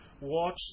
Watch